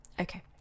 Okay